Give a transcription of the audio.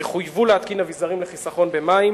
יחויב להתקין אביזרים לחיסכון במים